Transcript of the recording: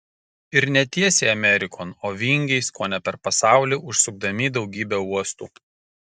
ir ne tiesiai amerikon o vingiais kone per pasaulį užsukdami į daugybę uostų